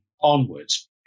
onwards